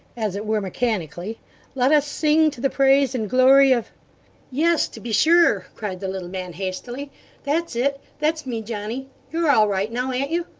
as it were mechanically let us sing to the praise and glory of yes, to be sure cried the little man, hastily that's it that's me, johnny. you're all right now, an't you?